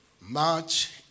March